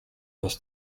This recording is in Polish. nas